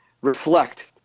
reflect